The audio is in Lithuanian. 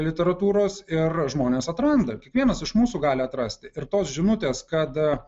literatūros ir žmonės atranda kiekvienas iš mūsų gali atrasti ir tos žinutės kad